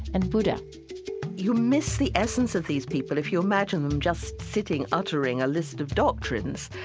and buddha you miss the essence of these people if you imagine them just sitting, uttering a list of doctrines.